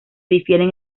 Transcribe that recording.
difieren